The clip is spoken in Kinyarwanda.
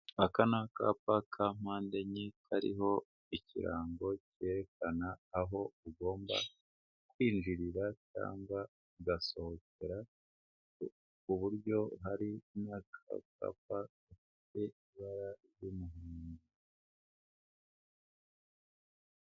Aka ni akapa ka mpande enye kariho ikirango cyerekana aho ugomba kwinjirira cyangwa ugasohokera, kuburyo hari n'akapa gafite ibara ry'umuhondo.